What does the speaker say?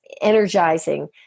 energizing